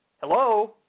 Hello